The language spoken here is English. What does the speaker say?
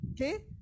Okay